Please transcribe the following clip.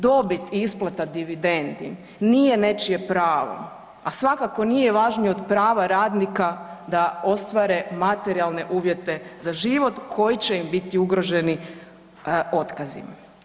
Dobit i isplata dividendi nije nečije pravo a svakako nije važnije od prava radnika da ostvare materijalne uvjete za život koji će im biti ugroženi otkazima.